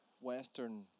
Western